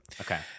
okay